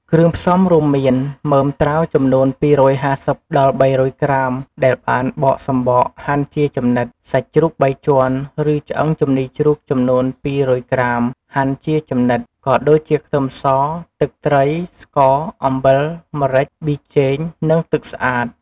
គ្រឿងផ្សំរួមមាន មើមត្រាវចំនួន ២៥០ ដល់ ៣០០ ក្រាម ដែលបានបកសំបកហាន់ជាចំណិត សាច់ជ្រូកបីជាន់ ឬឆ្អឹងជំនីរជ្រូកចំនួន ២០០ ក្រាម ហាន់ជាចំណិត ក៏ដូចជា ខ្ទឹមស ទឹកត្រី ស្ករ អំបិល ម្រេច ប៊ីចេង និងទឹកស្អាត។